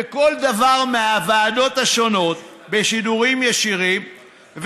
וכל דבר מהוועדות השונות בשידורים ישירים,